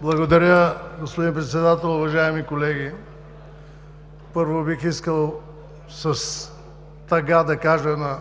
Благодаря, господин Председател. Уважаеми колеги, първо, бих искал с тъга да кажа на